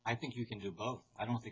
i think you can do both i don't think